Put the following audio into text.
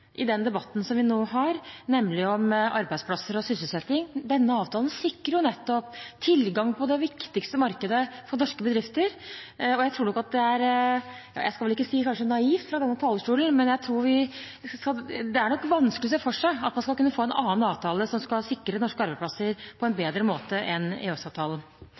den debatten som vi nå har, nemlig om arbeidsplasser og sysselsetting. Denne avtalen sikrer nettopp tilgang til det viktigste markedet for norske bedrifter, og jeg tror nok at det er – jeg skal vel ikke si «kanskje naivt» fra denne talerstolen – vanskelig å se for seg at man skal kunne få en annen avtale som kan sikre norske arbeidsplasser på en bedre måte enn